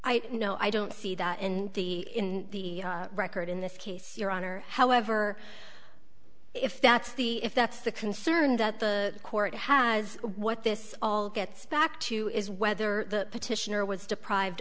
no i don't see that in the in the record in this case your honor however if that's the if that's the concern that the court has what this all gets back to is whether the petitioner was deprived